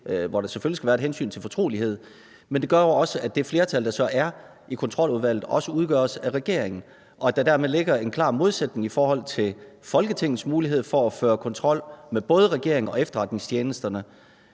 hvor der selvfølgelig skal være et hensyn til fortrolighed, også udgøres af regeringen. Dermed ligger der en klar modsætning i forhold til Folketingets muligheder for at føre kontrol med både regeringen og efterretningstjenesterne,